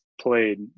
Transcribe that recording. played